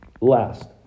last